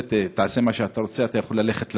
תעשה מה שאתה רוצה, אתה יכול ללכת למשטרה.